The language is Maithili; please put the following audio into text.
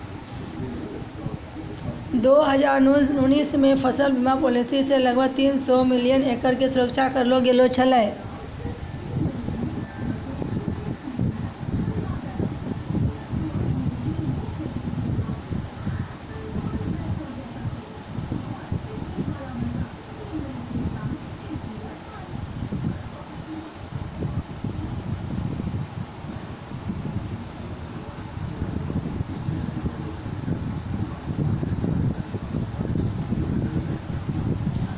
दू हजार उन्नीस मे फसल बीमा पॉलिसी से लगभग तीन सौ मिलियन एकड़ के सुरक्षा करलो गेलौ छलै